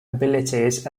abilities